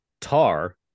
Tar